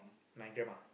my grandma